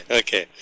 okay